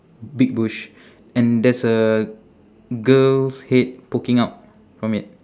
big bush and there's a girl's head poking out from it